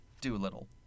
Doolittle